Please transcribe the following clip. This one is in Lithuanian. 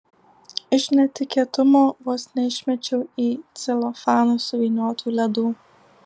iš netikėtumo vos neišmečiau į celofaną suvyniotų ledų